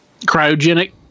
cryogenic